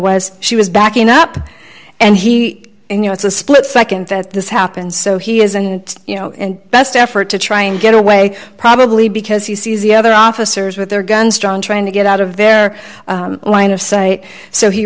was she was backing up and he you know it's a split nd that this happened so he is and you know best effort to try and get away probably because he sees the other officers with their guns drawn trying to get out of their line of sight so he